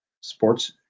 sports